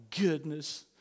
goodness